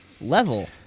level